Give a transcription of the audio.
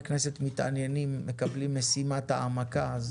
הכנסת מתעניינים ומקבלים משימת העמקה.